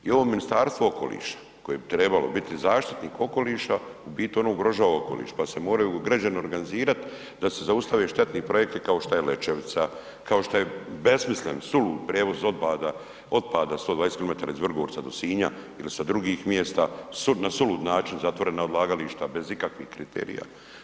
I ovo Ministarstvo okoliša koje bi trebalo biti zaštitnik okoliša u biti ono ugrožava okoliš pa se moraju građani organizirat da se zaustavi štetne projekti kao što je Lećevica, kao što je besmislen sulud prijevoz otpada 120km iz Vrgorca do Sinja ili sa drugih mjesta, na sulud način zatvorena odlagališta bez ikakvih kriterija.